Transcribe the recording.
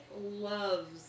loves